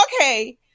Okay